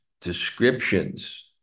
descriptions